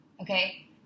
Okay